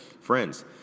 friends